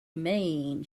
mean